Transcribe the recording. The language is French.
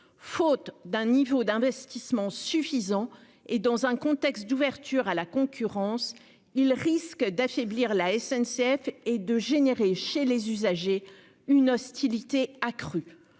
Faute d'un niveau d'investissements suffisants et dans un contexte d'ouverture à la concurrence, il risque d'affaiblir la SNCF et de générer chez les usagers une hostilité accrue.